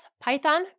Python